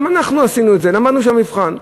גם אנחנו עשינו את זה, למדנו בשביל המבחן.